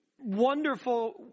wonderful